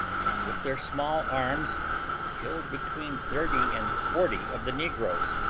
and with their small-arms killed between thirty and forty of the negroes,